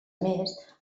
més